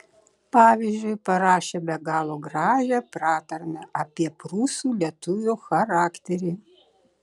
pavyzdžiui parašė be galo gražią pratarmę apie prūsų lietuvio charakterį